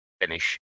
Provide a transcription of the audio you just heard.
finish